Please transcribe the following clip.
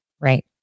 right